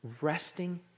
resting